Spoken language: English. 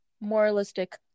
moralistic